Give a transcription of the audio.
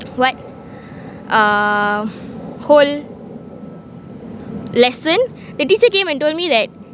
what uh whole lesson the teacher came and told me that